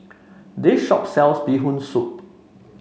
this shop sells Bee Hoon Soup